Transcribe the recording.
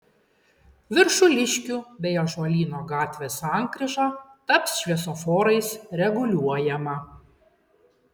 viršuliškių bei ąžuolyno gatvės sankryža taps šviesoforais reguliuojama